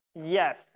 yes